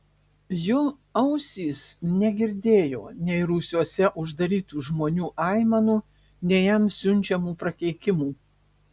jo ausys negirdėjo nei rūsiuose uždarytų žmonių aimanų nei jam siunčiamų prakeikimų